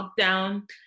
lockdown